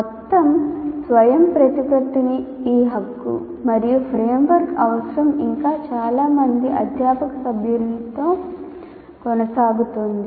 మొత్తం స్వయంప్రతిపత్తికి ఈ హక్కు మరియు ఫ్రేమ్వర్క్ అవసరం ఇంకా చాలా మంది అధ్యాపక సభ్యులతో కొనసాగుతోంది